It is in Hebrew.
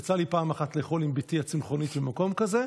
יצא לי פעם אחת לאכול עם בתי הצמחונית במקום כזה,